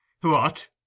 What